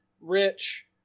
Rich